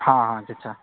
हँ हँ चाचा